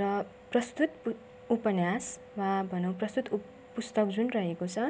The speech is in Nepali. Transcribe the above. र प्रस्तुत उपन्यासमा भनौँ प्रस्तुत पुस्तक जुन रहेको छ